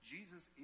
Jesus